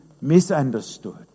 misunderstood